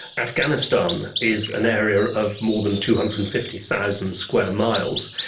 afghanistan is an area of more than two hundred and fifty thousand square miles.